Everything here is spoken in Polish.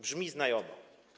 Brzmi znajomo.